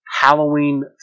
halloween